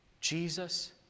Jesus